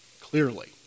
clearly